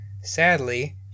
Sadly